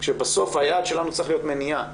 כשבסוף היעד שלנו צריך להיות מניעה.